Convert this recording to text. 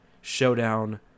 showdown